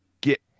get